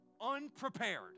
unprepared